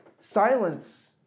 silence